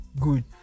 good